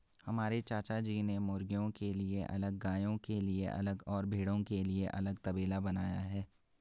हमारे चाचाजी ने मुर्गियों के लिए अलग गायों के लिए अलग और भेड़ों के लिए अलग तबेला बनाया है